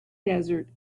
desert